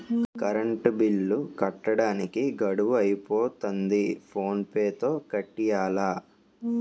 current bill కట్టడానికి గడువు అయిపోతంది ఫోన్ పే తో కట్టియ్యాల